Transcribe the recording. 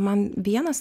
man vienas